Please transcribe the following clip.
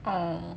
hmm